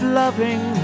loving